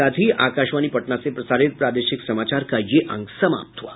इसके साथ ही आकाशवाणी पटना से प्रसारित प्रादेशिक समाचार का ये अंक समाप्त हुआ